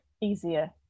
easier